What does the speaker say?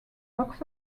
box